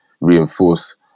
reinforce